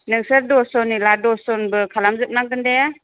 नोंसोर दस जनब्ला दस जन निबो खालामजोबनांगोन दे